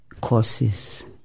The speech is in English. courses